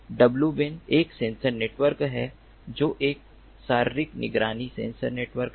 W ban एक sensor network है जो एक शारीरिक निगरानी सेंसर नेटवर्क है